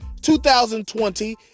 2020